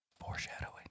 Foreshadowing